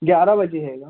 ग्यारह बजे हैगा